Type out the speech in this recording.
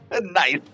Nice